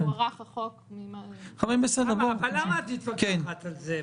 הוארך החוק --- למה את מתווכחת על זה?